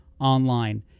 online